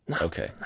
Okay